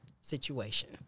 situation